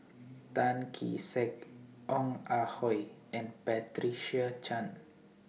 Tan Kee Sek Ong Ah Hoi and Patricia Chan